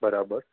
બરાબર